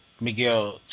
Miguel